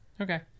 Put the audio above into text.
Okay